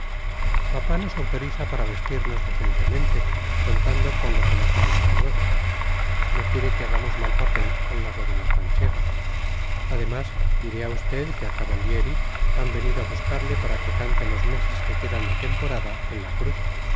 papá nos autoriza para vestirnos decentemente contando con lo que nos mandará luego no quiere que hagamos mal papel al lado de las manchegas además diré a usted que a cavallieri han venido a buscarle para que cante los meses que quedan de temporada en la cruz